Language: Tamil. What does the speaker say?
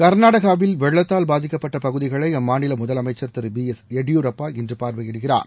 கர்நாடகாவில் வெள்ளத்தால் பாதிக்கப்பட்ட பகுதிகளை அம்மாநில முதலமைச்சர் திரு பி எஸ் எடியூரப்பா இன்று பார்வையிடுகிறார்